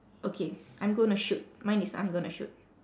okay I'm gonna shoot mine is I'm gonna shoot